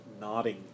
nodding